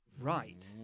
Right